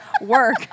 work